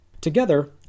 Together